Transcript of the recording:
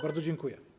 Bardzo dziękuję.